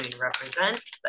represents